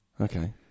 Okay